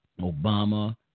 Obama